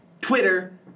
Twitter